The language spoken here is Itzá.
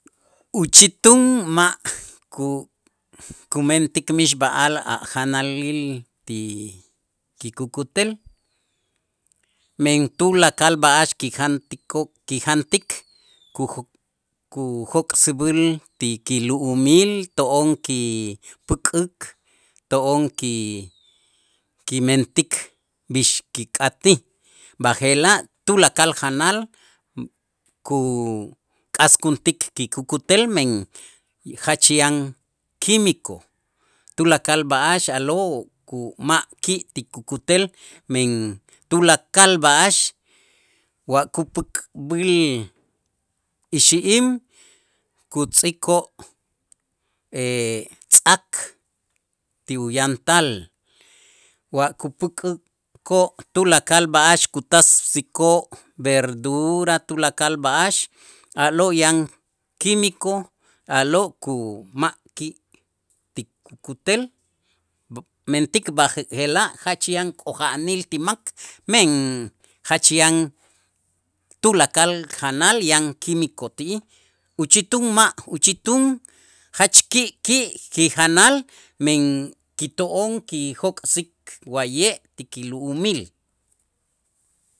Uchitun ma' ku- kumentik mixb'a'al a' janalil ti kukutel, men tulakal b'a'ax kijantiko kijantik kujo kujok'säb'äl tikilu'umil to'on kipäk'äk to'on ki- kimentik b'ix kik'atij, b'aje'laj tulakal janal kuk'askuntik kikukutel men jach yan quimico tulakal b'a'ax a'lo' ku ma' ki' ti kukutel men tulakal b'a'ax wa kupäk'b'äl ixi'im kutz'ikoo' tz'ak ti uyantal wa kupäk'äkoo' tulakal b'a'ax kutasikoo' verdura tulakal b'a'ax a'lo' yan quimico, a'lo' ku ma' ki' ti kukutel mentik b'aje'laj jach yan k'oja'anil ti mak, men jach yan tulakal janal yan quimico ti'ij uchitun ma', uchitun jach ki' ki' kijanal men kito'on kijok'sik wa'ye' tikilu'umil.